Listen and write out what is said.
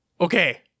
Okay